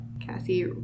Cassie